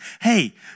Hey